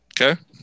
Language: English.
Okay